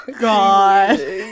god